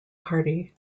party